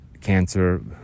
cancer